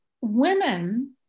Women